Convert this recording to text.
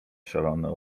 szalone